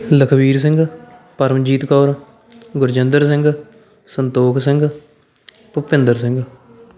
Lakhvir Singh Paramjit Kaur Gurjinder Singh Santokh Singh Bhupinder Singh